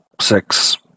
six